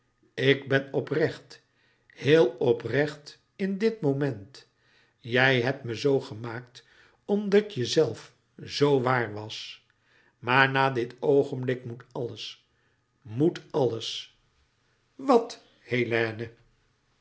ik ben oprecht heel oprecht in dit moment jij hebt me zoo gemaakt omdat je zelf zoo waar was maar na dit oogenblik moet alles moet alles wat hélène